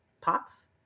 pots